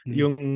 yung